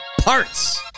parts